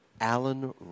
Alan